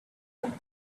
book